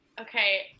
Okay